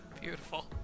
Beautiful